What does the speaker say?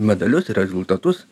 medalius rezultatus